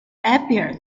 appear